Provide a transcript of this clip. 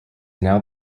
now